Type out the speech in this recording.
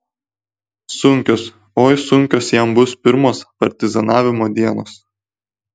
sunkios oi sunkios jam bus pirmos partizanavimo dienos